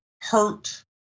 hurt